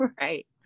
Right